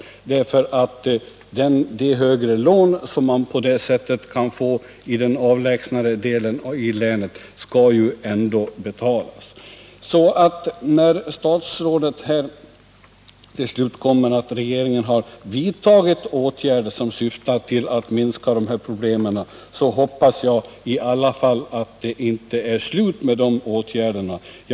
De högre lån som man kan få i den avlägsnare delen av länet skall ju ändå betalas. Statsrådet säger att regeringen har vidtagit åtgärder som syftar till att minska dessa problem. Jag hoppas i alla fall att det inte är slut med de åtgärderna i och med detta.